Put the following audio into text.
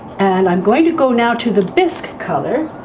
and i'm going to go now to the bisque color